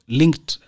linked